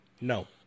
No